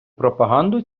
пропаганду